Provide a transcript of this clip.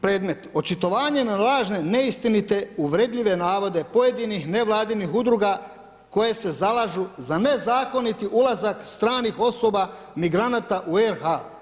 Predmet - očitovanje na lažne neistinite, uvredljive navode pojedinih nevladinih udruga koje se zalažu za nezakoniti ulazak stranih osoba migranata u RH.